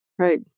Right